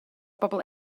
bobol